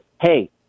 hey